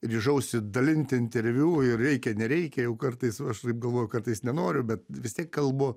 ryžausi dalinti interviu ir reikia nereikia jau kartais aš taip galvoju kartais nenoriu bet vis tiek kalbu